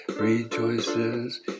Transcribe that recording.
Rejoices